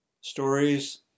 Stories